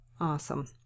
Awesome